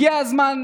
הגיע הזמן,